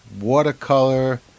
watercolor